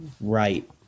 right